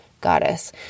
goddess